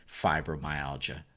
fibromyalgia